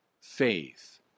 faith